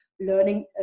learning